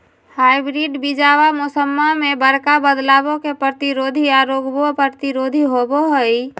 hybrid बीजावा मौसम्मा मे बडका बदलाबो के प्रतिरोधी आ रोगबो प्रतिरोधी होबो हई